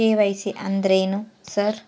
KYC ಅಂದ್ರೇನು sir?